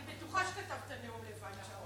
אני בטוחה שכתבת את הנאום לבד.